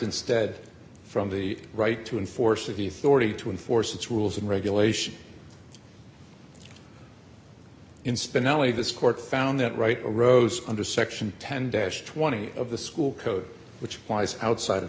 instead from the right to enforce of youth already to enforce its rules and regulations in spinelli this court found that right rose under section ten dash twenty of the school code which applies outside of